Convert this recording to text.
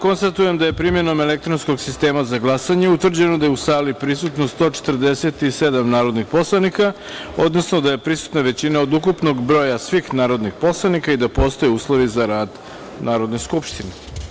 Konstatujem da je, primenom elektronskog sistema za glasanje, utvrđeno da je u sali prisutno 147 narodnih poslanika, odnosno da je prisutna većina od ukupnog broja svih narodnih poslanika i da postoje uslovi za rad Narodne skupštine.